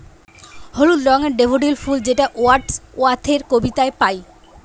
হলুদ রঙের ডেফোডিল ফুল যেটা ওয়ার্ডস ওয়ার্থের কবিতায় পাই